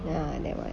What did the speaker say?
ya that [one]